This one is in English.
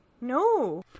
No